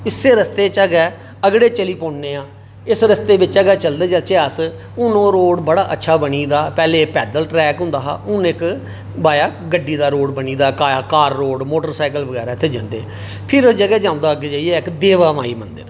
इस्सै रस्ते चा गै अगड़े चली पौन्ने आं इस रस्ते चा गै चलदे जाह्चै अस हून ओह् रोड़ बड़ा अच्छा बनी गेदा पैह्ले पैदल ट्रैक होंदा हा हून इक वाया गड्डी दा रोड़ बनी गेदा मोटर साइकल बगैरा इत्थै जंदे फिर इक जगह् औंदा अग्गै जाइयै देवा माई मंदर